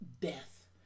death